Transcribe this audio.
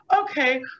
Okay